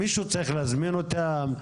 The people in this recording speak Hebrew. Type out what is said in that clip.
מישהו צריך להזמין אותם?